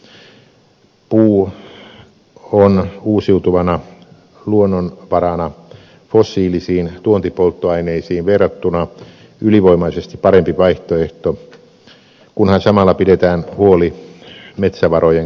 puu on uusiutuvana luonnonvarana fossiilisiin tuontipolttoaineisiin verrattuna ylivoimaisesti parempi vaihtoehto kunhan samalla pidetään huoli metsävarojen kasvusta